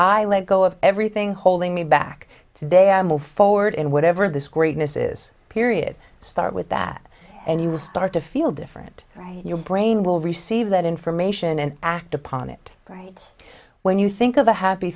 i let go of everything holding me back today i move forward in whatever this greatness is period start with that and you will start to feel different your brain will receive that information and act upon it right when you think of a happy